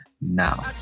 now